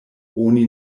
oni